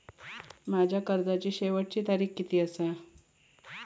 माझ्या कर्जाची शेवटची तारीख किती आसा?